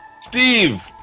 Steve